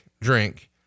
Drink